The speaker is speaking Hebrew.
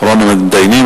אחרון המתדיינים,